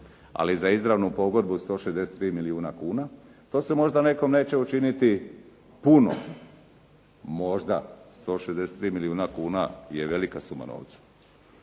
ali za izravnu pogodbu 163 milijuna kuna. To se možda nekom neće učiniti puno, možda 163 milijuna kuna je velika suma novca.